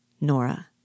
Nora